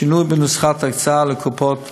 שינוי בנוסחת ההקצאה לקופות ועוד.